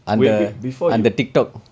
wait wait before you